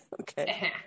Okay